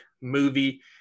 movie